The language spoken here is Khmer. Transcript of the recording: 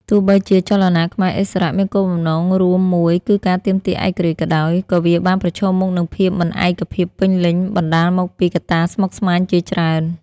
ទោះបីជាចលនាខ្មែរឥស្សរៈមានគោលបំណងរួមមួយគឺការទាមទារឯករាជ្យក៏ដោយ ក៏វាបានប្រឈមមុខនឹងភាពមិនឯកភាពពេញលេញបណ្ដាលមកពីកត្តាស្មុគស្មាញជាច្រើន។